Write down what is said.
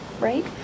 right